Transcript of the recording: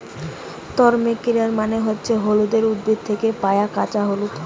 turmeric মানে হতিছে হলুদের উদ্ভিদ থেকে পায়া কাঁচা হলুদ